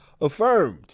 affirmed